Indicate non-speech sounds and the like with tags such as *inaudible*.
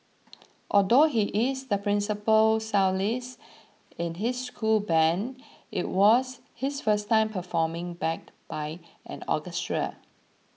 *noise* although he is the principal cellist in his school band it was his first time performing backed by an orchestra